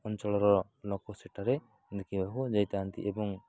ଅଞ୍ଚଳର ଲୋକ ସେଠାରେ ଦେଖିବାକୁ ଯାଇଥାନ୍ତି ଏବଂ